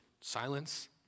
silence